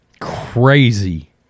Crazy